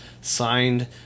signed